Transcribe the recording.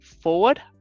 forward